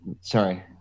Sorry